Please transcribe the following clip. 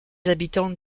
habitants